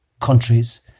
countries